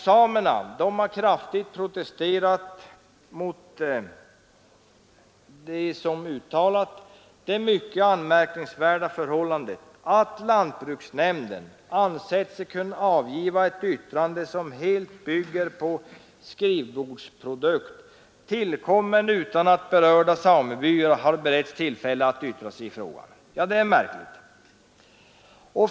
Samerna har kraftigt protesterat mot, som de uttalat, ”det mycket anmärkningsvärda förhållandet, att lantbruksnämnden ansett sig kunna avgiva ett yttrande, som helt bygger på en skrivbordsprodukt, tillkommen utan att berörda samebyar har beretts tillfälle att yttra sig i frågan”. Ja, det är märkligt.